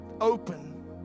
open